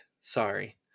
Sorry